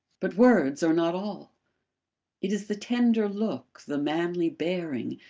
but words are not all it is the tender look, the manly bearing,